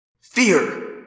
Fear